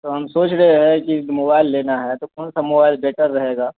تو ہم سوچ رہے ہے کہ موائل لینا ہے تو کون سا موائل بہتر رہے گا